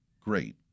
great